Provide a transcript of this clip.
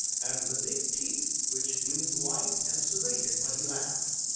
and the big teeth which gleamed white and serrated when he laughed.